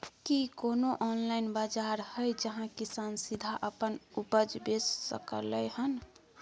की कोनो ऑनलाइन बाजार हय जहां किसान सीधा अपन उपज बेच सकलय हन?